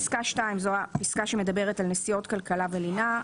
פסקה (2) זו הפסקה שמדברת על נסיעות, כלכלה ולינה.